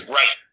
right